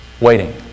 waiting